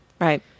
Right